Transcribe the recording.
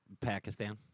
Pakistan